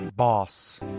Boss